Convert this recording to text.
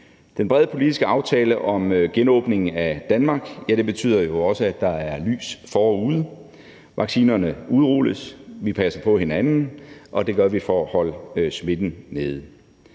Den brede politiske aftale om genåbning af Danmark betyder jo også, at der er lys forude, vaccinerne udrulles, vi passer på hinanden, og det gør vi for at holde smitten nede.